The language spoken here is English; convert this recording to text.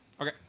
Okay